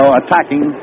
attacking